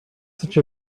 such